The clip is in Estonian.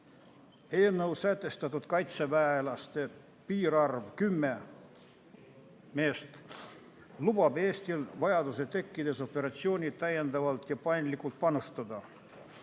Eelnõus sätestatud kaitseväelaste piirarv kümme meest lubab Eestil vajaduse tekkides operatsiooni täiendavalt ja paindlikult panustada.